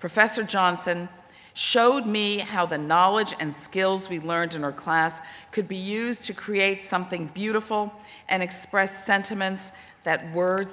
professor johnson showed me how the knowledge and skills we learned in our class can be used to create something beautiful and express sentiments that